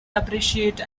appreciate